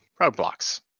roadblocks